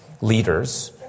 leaders